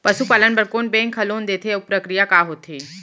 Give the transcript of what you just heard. पसु पालन बर कोन बैंक ह लोन देथे अऊ प्रक्रिया का होथे?